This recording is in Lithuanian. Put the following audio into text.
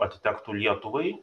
atitektų lietuvai